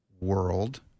world